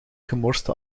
gemorste